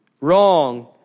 wrong